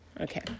Okay